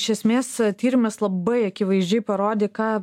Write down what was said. iš esmės tyrimas labai akivaizdžiai parodė ką